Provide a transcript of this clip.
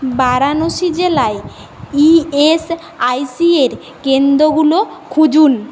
বারাণসী জেলায় E S I সিয়ের কেন্দ্রগুলো খুঁজুন